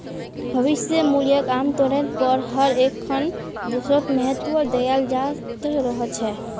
भविष्य मूल्यक आमतौरेर पर हर एकखन देशत महत्व दयाल जा त रह छेक